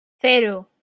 cero